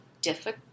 difficult